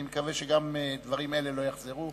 אני מקווה גם שדברים אלה לא יחזרו.